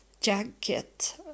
jacket